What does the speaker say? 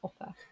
offer